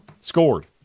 scored